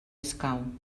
escau